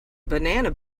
banana